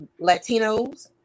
Latinos